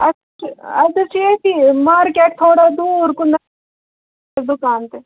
اَسہِ حظ چھُ ییٚتی مارکٮ۪ٹ تھوڑا دوٗر کُنَتھ دُکان تہِ